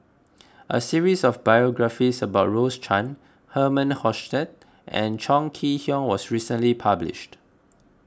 a series of biographies about Rose Chan Herman Hochstadt and Chong Kee Hiong was recently published